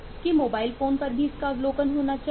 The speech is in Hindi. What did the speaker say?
कि मोबाइल फोन पर भी इसका अवलोकन होना चाहिए